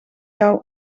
jou